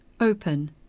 Open